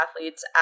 athletes